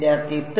വിദ്യാർത്ഥി 3